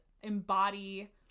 embody